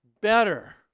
better